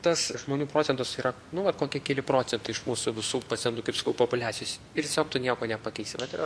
tas žmonių procentas yra nu vat kokie keli procentai iš mūsų visų pacientų kaip sakau populiacijos ir tiesiog tu nieko nepakeisi vat yra